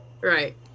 Right